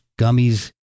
gummies